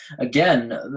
again